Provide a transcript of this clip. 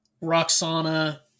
Roxana